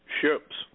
ships